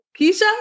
Keisha